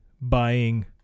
buying